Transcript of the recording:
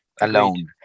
alone